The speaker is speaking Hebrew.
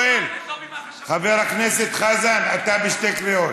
חבר הכנסת חזן, אתה בשתי קריאות.